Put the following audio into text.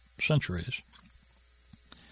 centuries